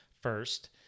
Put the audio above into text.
first